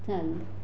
चालेल